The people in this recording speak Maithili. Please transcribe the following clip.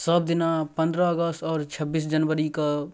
सबदिना पनरह अगस्त आओर छब्बीस जनवरीके